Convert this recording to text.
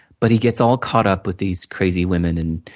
but he gets all caught up with these crazy women, and